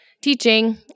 teaching